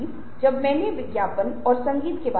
यह एक stereotype version भी हो सकता है